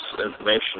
information